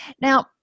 Now